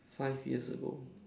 five years ago